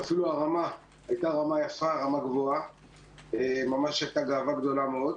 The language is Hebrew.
ואפילו הייתה רמה גבוהה יפה מאוד והייתה גאווה ממש גדולה מאוד.